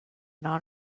non